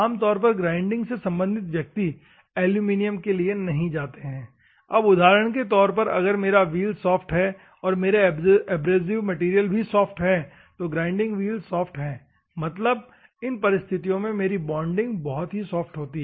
आमतौर पर ग्राइंडिंग से संबंधित व्यक्ति एलुमिनियम के लिए नहीं जाते हैं अब उदाहरण के तौर पर अगर मेरा व्हील सॉफ्ट है और मेरे एब्रेसिव मैटेरियल भी सॉफ्ट है तो ग्राइंडिंग व्हील सॉफ्ट है मतलब इन स्थितियों में मेरी बॉन्डिंग बहुत ही सॉफ्ट होती है